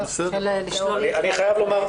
של לשלול --- בוא נגיד,